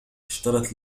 اشترت